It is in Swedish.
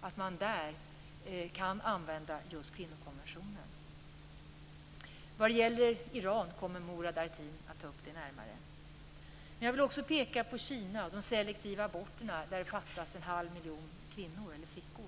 att man där kan använda just kvinnokonventionen. Murad Artin kommer att ta upp frågorna om Iran närmare. Jag vill också peka på Kina och de selektiva aborterna. Det fattas 1⁄2 miljon kvinnor eller flickor.